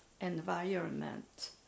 environment